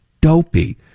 dopey